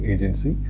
Agency